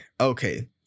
Okay